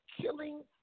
killing